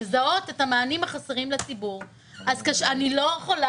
לזהות את המענים החסרים לציבור אז אני לא יכולה